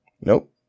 Nope